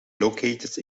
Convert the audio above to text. located